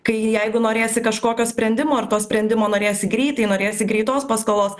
kai jeigu norėsi kažkokio sprendimo ir to sprendimo norėsi greitai norėsi greitos paskolos